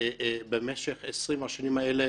במשך 20 השנים האלה,